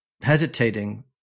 hesitating